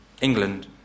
England